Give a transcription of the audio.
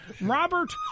Robert